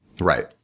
Right